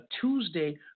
Tuesday